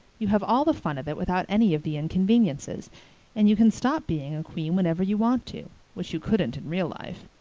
you have all the fun of it without any of the inconveniences and you can stop being a queen whenever you want to, which you couldn't in real life.